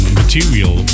material